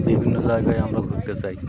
বিভিন্ন জায়গায় আমরা ঘুরতে চাই